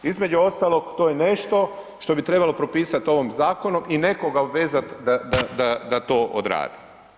Između ostalog to je nešto što bi trebalo propisati ovim zakonom i nekoga obvezati da to odradi.